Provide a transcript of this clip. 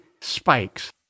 spikes